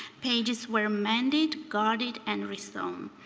pages were mended, guarded and resewn.